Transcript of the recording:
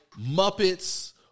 Muppets